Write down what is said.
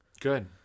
Good